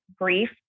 grief